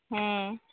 ᱦᱮᱸ